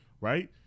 Right